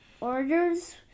Orders